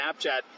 snapchat